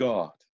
God